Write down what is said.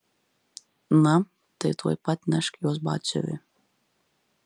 na tai tuoj pat nešk juos batsiuviui